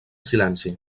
silenci